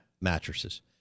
mattresses